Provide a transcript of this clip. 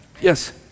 Yes